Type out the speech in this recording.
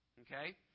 okay